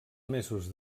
mesos